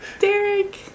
Derek